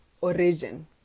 origin